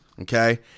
okay